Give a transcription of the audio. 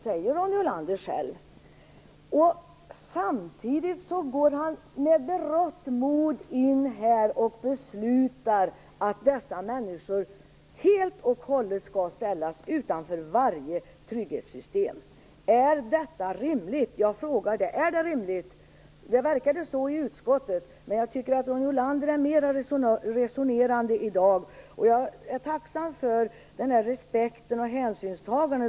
Samtidigt går han med berått mod in och beslutar att dessa människor helt och hållet skall ställas utanför varje trygghetssystem. Är detta rimligt? Det verkade ju vara så i utskottet, men jag tycker att Ronny Olander är mera resonerande i dag. Jag är tacksam för att Ronny Olander talar om respekt och hänsynstagande.